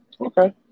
Okay